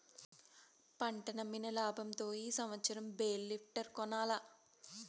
పంటమ్మిన లాబంతో ఈ సంవత్సరం బేల్ లిఫ్టర్ కొనాల్ల